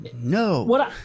no